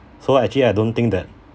so actually I don't think that